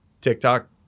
TikTok